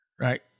Right